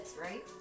right